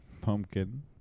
Pumpkin